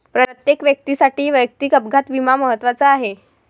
प्रत्येक व्यक्तीसाठी वैयक्तिक अपघात विमा महत्त्वाचा आहे